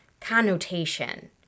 connotation